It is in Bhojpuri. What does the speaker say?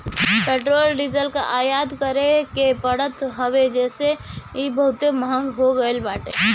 पेट्रोल डीजल कअ आयात करे के पड़त हवे जेसे इ बहुते महंग हो गईल बाटे